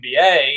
NBA